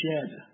shed